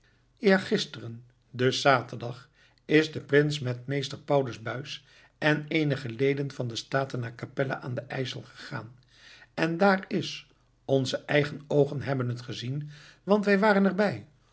eergisteren dus zaterdag is de prins met meester paulus buys en eenige leden van de staten naar kapelle aan den ijsel gegaan en daar is onze eigen oogen hebben het gezien want wij waren er